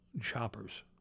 shoppers